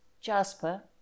Jasper